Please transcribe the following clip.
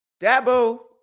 Dabo